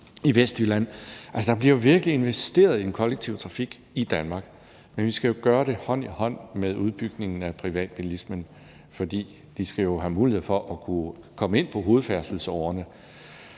i Vestjylland. Der bliver jo virkelig investeret i den kollektive trafik i Danmark. Men vi skal gøre det hånd i hånd med udbygningen af privatbilismen, for de skal jo have mulighed for at kunne komme ind på hovedfærdselsårerne.